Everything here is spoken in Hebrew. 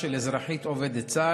של אזרחית עובדת צה"ל